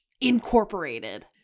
incorporated